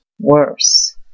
worse